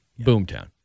boomtown